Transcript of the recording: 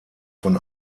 von